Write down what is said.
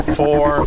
four